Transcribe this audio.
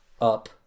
up